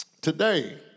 Today